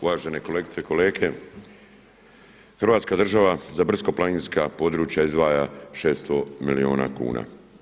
Uvažene kolegice i kolege, Hrvatska država za brdsko-planinska područja izdvaja 600 milijuna kuna.